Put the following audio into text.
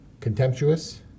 contemptuous